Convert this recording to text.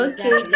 Okay